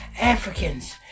Africans